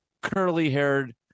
curly-haired